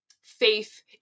faith